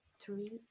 Three